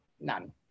None